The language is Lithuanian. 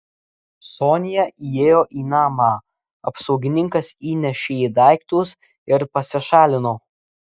sonia įėjo į namą apsaugininkas įnešė daiktus ir pasišalino